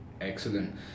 Excellent